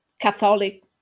catholic